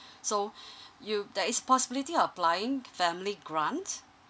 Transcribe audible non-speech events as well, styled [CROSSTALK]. [BREATH] so [BREATH] you there is possibility of applying family grant